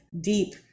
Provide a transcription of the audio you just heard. deep